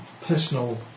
personal